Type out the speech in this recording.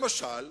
למשל,